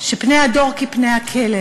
שפני הדור כפני הכלב.